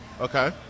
Okay